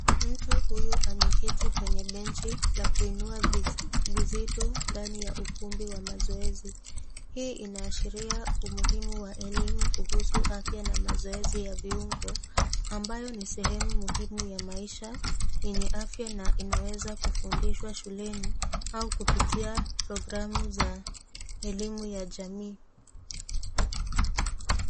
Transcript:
Mtu huyu ameketi kwenye benchi la kuinua visitu ndani ya ukumbi wa mazoezi. Hii inaashiria umuhimu wa elimu kuhusu afya na mazoezi ya viungo, ambayo ni sehemu Ya maisha Yenya afya na inaweza kufundiswa shuleni au kupitia programu ya elimu ya jamii .